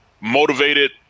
motivated